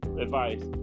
advice